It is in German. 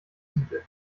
mittel